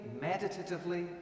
meditatively